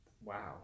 Wow